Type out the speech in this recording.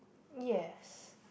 yes